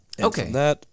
Okay